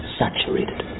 saturated